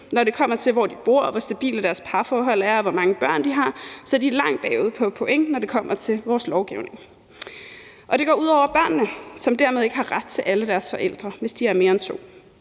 når det kommer til, hvor de bor, hvor stabile deres parforhold er, og hvor mange børn de har, er de langt bagud på point, når det kommer til vores lovgivning. Og det går ud over børnene, som dermed ikke har ret til alle deres forældre, hvis de har mere end to.